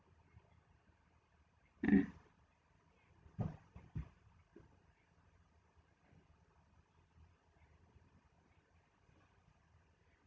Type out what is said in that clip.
mm